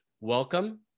welcome